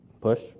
push